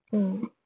mm